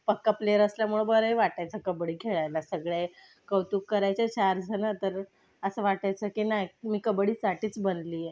पक्का प्लेयर असल्यामुळे बरंही वाटायचं कबड्डी खेळायला सगळे कौतुक करायचे छान झाला तर असं वाटायचं की नाही मी कबड्डीसाठीच बनली आहे